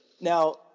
Now